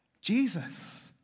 Jesus